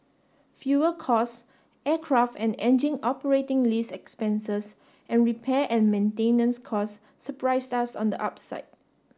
fuel cost aircraft and engine operating lease expenses and repair and maintenance costs surprised us on the upside